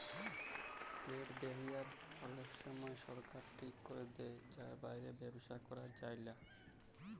trade barrier অলেক সময় সরকার ঠিক ক্যরে দেয় যার বাইরে ব্যবসা ক্যরা যায়লা